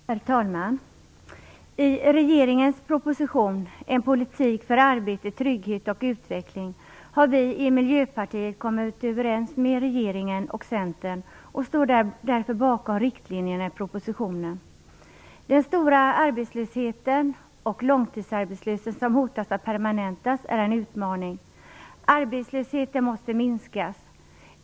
Herr talman! I de frågor som behandlas i regeringens proposition En politik för arbete, trygghet och utveckling har vi i Miljöpartiet kommit överens med regeringen och Centern. Vi står därför bakom riktlinjerna i propositionen. Den stora arbetslösheten och långtidsarbetslösheten, som hotar att bli permanent, är en utmaning. Arbetslösheten måste minskas.